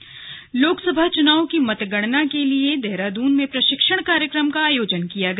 मतगणना प्रशिक्षण लोकसभा चुनाव की मतगणना के लिए देहरादून में प्रशिक्षण कार्यक्रम का आयोजन किया गया